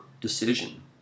decision